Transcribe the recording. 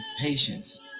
patience